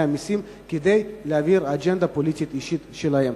המסים כדי להעביר אג'נדה פוליטית אישית שלהם,